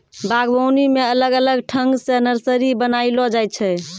बागवानी मे अलग अलग ठंग से नर्सरी बनाइलो जाय छै